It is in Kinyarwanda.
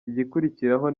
igikurikiraho